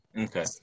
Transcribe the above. Okay